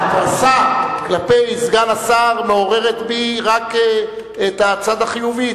ההתרסה כלפי סגן השר מעוררת בי רק את הצד החיובי.